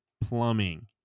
plumbing